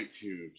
tubes